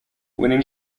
winning